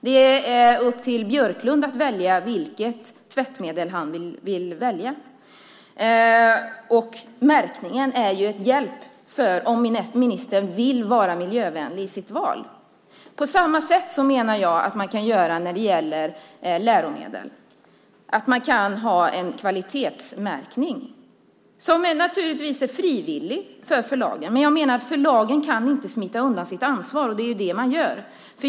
Det är upp till Björklund att välja vilket tvättmedel han vill ha. Märkningen är ju en hjälp om ministern vill vara miljövänlig i sitt val. På samma sätt menar jag att man kan göra när det gäller läromedel. Man kan ha en kvalitetsmärkning som naturligtvis är frivillig för förlagen. Jag menar att förlagen inte kan smita undan sitt ansvar. Det är det man gör.